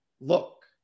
look